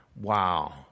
Wow